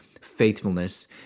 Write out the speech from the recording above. faithfulness